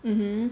mmhmm